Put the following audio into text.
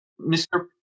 Mr